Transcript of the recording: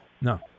No